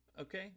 Okay